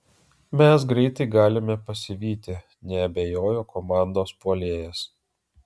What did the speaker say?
mes greitai galime pasivyti neabejojo komandos puolėjas